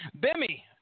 Bimmy